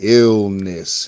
illness